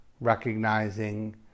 recognizing